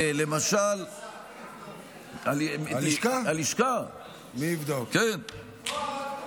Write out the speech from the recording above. אדוני השר, מי יבדוק את זה?